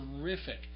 terrific